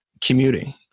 commuting